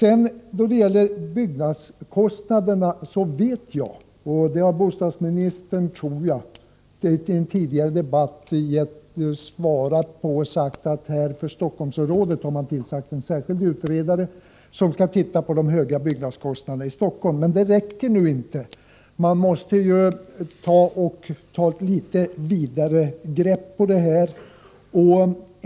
Vad beträffar byggnadskostnaderna vet jag — och jag tror att bostadsministern i en tidigare debatt har sagt att det förhåller sig så — att man har tillsatt en särskild utredare som skall se på de höga byggnadskostnaderna i Stockholm. Men det räcker inte. Man måste ta ett större grepp över den här frågan.